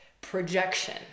projection